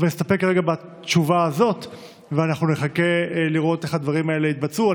אבל נסתפק כרגע בתשובה הזאת ואנחנו נחכה לראות איך הדברים יתבצעו.